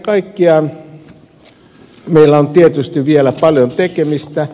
kaiken kaikkiaan meillä on tietysti vielä paljon tekemistä